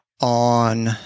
on